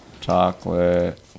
chocolate